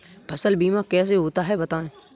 फसल बीमा कैसे होता है बताएँ?